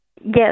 Yes